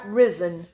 risen